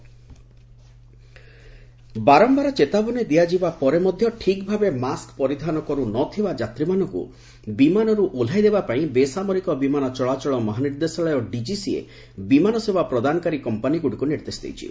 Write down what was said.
ଡିକିସିଏ ବାରମ୍ଭାର ଚେତାବନୀ ଦିଆଯିବା ପରେ ମଧ୍ୟ ଠିକ୍ଭାବେ ମାସ୍କ ପରିଧାନ କର୍ ନ ଥିବା ଯାତ୍ରୀମାନଙ୍କୁ ବିମାନରୁ ଓହ୍ଲାଇଦେବା ପାଇଁ ବେସାମରିକ ବିମାନ ଚଳାଚଳ ମହାନିର୍ଦ୍ଦେଶାଳୟ ଡିଜିସିଏ ବିମାନ ସେବା ପ୍ରଦାନକାରୀ କମ୍ପାନୀମାନଙ୍କୁ ନିର୍ଦ୍ଦେଶ ଦେଇଛି